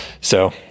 so-